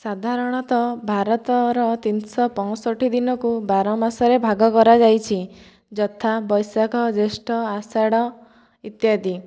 ସାଧାରଣତଃ ଭାରତର ତିନିଶହ ପଞ୍ଚଷଠି ଦିନକୁ ବାର ମାସରେ ଭାଗ କରାଯାଇଛି ଯଥା ବୈଶାଖ ଜ୍ୟେଷ୍ଠ ଅଷାଢ଼ ଇତ୍ୟାଦି